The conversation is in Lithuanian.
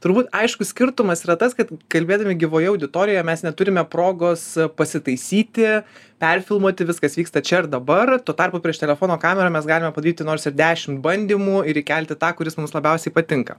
turbūt aiškus skirtumas yra tas kad kalbėdami gyvai auditorijoje mes neturime progos pasitaisyti perfilmuoti viskas vyksta čia ir dabar tuo tarpu prieš telefono kamerą mes galime padėti nors ir dešim bandymų ir įkelti tą kuris mums labiausiai patinka